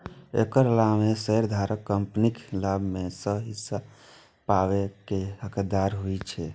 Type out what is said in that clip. एकर अलावे शेयरधारक कंपनीक लाभ मे सं हिस्सा पाबै के हकदार होइ छै